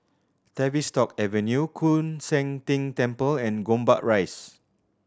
Tavistock Avenue Koon Seng Ting Temple and Gombak Rise